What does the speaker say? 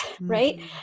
right